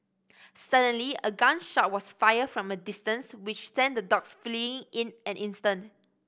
suddenly a gun shot was fired from a distance which sent the dogs flee in an instant